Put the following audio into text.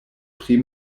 pri